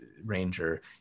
ranger